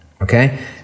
Okay